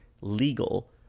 legal